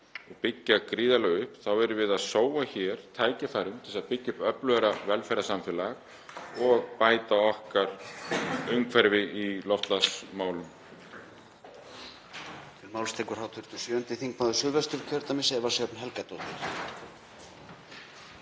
og byggja gríðarlega mikið upp, erum við að sóa hér tækifærum til að byggja upp öflugra velferðarsamfélag og bæta okkar umhverfi í loftslagsmálum.